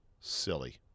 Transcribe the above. silly